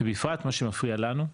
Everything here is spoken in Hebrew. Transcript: ובפרט מה שמפריע לנו,